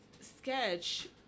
sketch